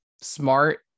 smart